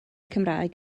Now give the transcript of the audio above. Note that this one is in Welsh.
cymraeg